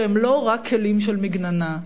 שהם לא רק כלים של מגננה.